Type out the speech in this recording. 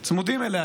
צמודים אליה,